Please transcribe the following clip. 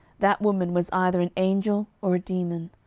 that woman was either an angel or a demon,